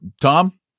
Tom